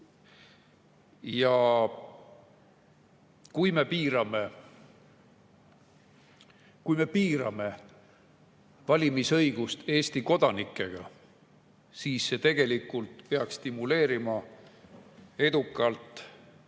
Ja kui me piirame valimisõiguse Eesti kodanikega, siis see tegelikult peaks stimuleerima edukalt